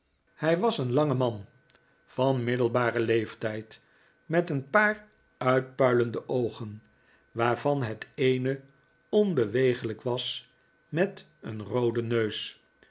hij was een lange man nikolaas nickleby van middelbaren leeftijd met een paar uitpuilende oogen waarvan het eene onbeweeglijk was met een rooden neus